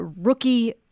rookie